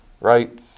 right